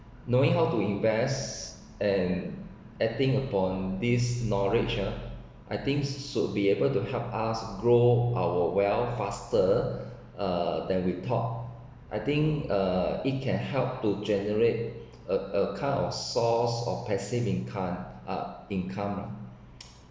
knowing how to invest and acting upon these knowledges ah I think should be able to help us grow our wealth faster uh than we thought I think uh it can help to generate a a kind of source of passive income ah income lah